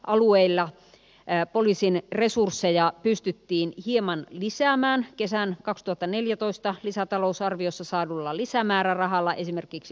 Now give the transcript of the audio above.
alueille ja poliisin resursseja pystyttiin hieman lisäämään kesän kaksituhattaneljätoista lisätalousarviossa saadulla lisämäärärahalla esimerkiksi